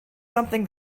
something